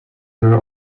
were